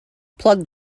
plug